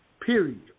Period